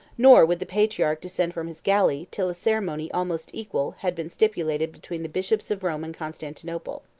nor would the patriarch descend from his galley, till a ceremony almost equal, had been stipulated between the bishops of rome and constantinople.